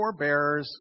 forebearers